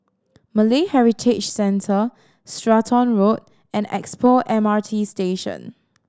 Malay Heritage Centre Stratton Road and Expo M R T Station